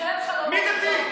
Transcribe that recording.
ממשלת, מי דתי?